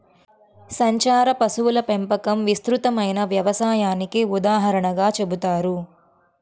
సంచార పశువుల పెంపకం విస్తృతమైన వ్యవసాయానికి ఉదాహరణగా చెబుతారు